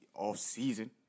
offseason